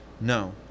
No